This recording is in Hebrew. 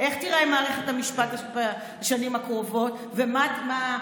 איך תיראה מערכת המשפט בשנים הקרובות ואיך